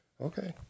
Okay